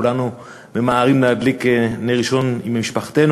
וכולנו ממהרים להדליק נר ראשון עם משפחותינו,